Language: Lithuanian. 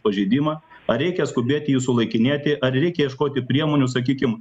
pažeidimą ar reikia skubėti jį sulaikinėti ar reikia ieškoti priemonių sakykim